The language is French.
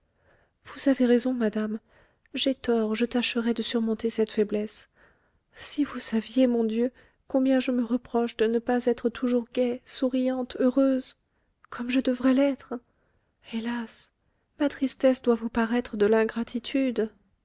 vous avez raison madame j'ai tort je tâcherai de surmonter cette faiblesse si vous saviez mon dieu combien je me reproche de ne pas être toujours gaie souriante heureuse comme je devrais l'être hélas ma tristesse doit vous paraître de